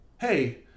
hey